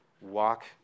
walk